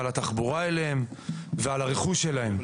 על התחבורה אליהם ועל הרכוש שלהם,